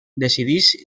decideix